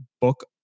book